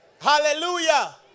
Hallelujah